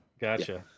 Gotcha